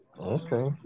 Okay